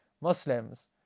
Muslims